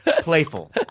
playful